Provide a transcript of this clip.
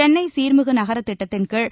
சென்னை சீர்மிகு நகரத் திட்டத்தின்கீழ்